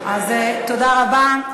תודה רבה.